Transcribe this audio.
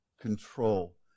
control